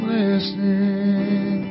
listening